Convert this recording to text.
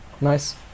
Nice